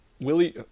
Willie